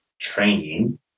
training